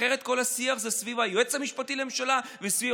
אחרת כל השיח זה סביב היועץ המשפטי לממשלה וסביב